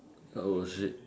oh shit